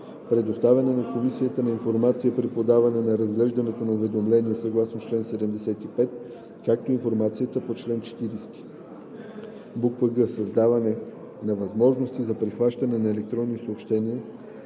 предоставяне на комисията на информацията при подаването и разглеждането на уведомление съгласно чл. 75, както и информацията по чл. 40; г) създаване на възможности за прихващане на електронни съобщения